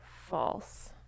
false